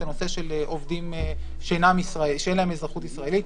את הנושא של עובדים שאין להם אזרחות ישראלית,